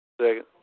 Second